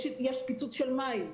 יש פיצוץ של צינור מים,